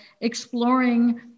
exploring